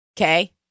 Okay